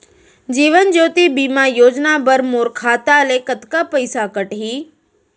जीवन ज्योति बीमा योजना बर मोर खाता ले कतका पइसा कटही?